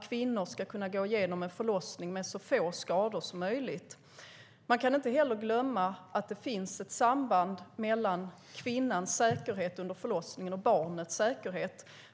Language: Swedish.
Kvinnor ska kunna gå igenom en förlossning med så få skador som möjligt. Vi ska inte heller glömma att det finns ett samband mellan kvinnans säkerhet under förlossningen och barnets säkerhet.